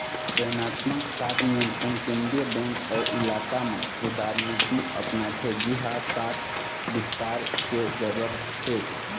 चयनात्मक शाख नियंत्रन केंद्रीय बेंक ओ इलाका म उदारनीति अपनाथे जिहाँ शाख बिस्तार के जरूरत हे